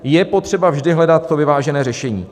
Je potřeba vždy hledat vyvážené řešení.